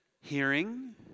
hearing